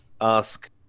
ask